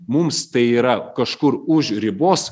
mums tai yra kažkur už ribos